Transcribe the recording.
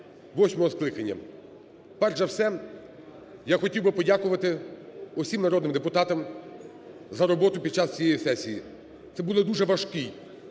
восьмого скликання. Перш за все я хотів би подякувати усім народним депутатам за роботу під час цієї сесії. Це був дуже важкий,